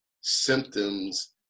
symptoms